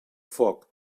foc